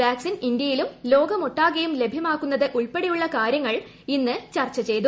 vaccine ഇന്ത്യയിലും ലോകമൊട്ടാകെയും ലഭ്യമാക്കുന്നത് ഉൾപ്പെട്ടിയുള്ള കാര്യങ്ങൾ ഇന്ന് ചർച്ച ചെയ്തു